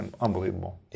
unbelievable